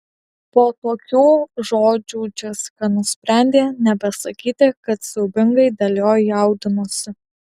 po tokių žodžių džesika nusprendė nebesakyti kad siaubingai dėl jo jaudinosi